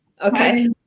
okay